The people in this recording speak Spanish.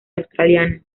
australiana